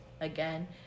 again